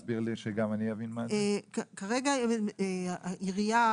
כרגע העירייה,